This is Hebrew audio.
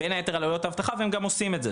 בין יתר על עלויות האבטחה והם גם עושים את זה.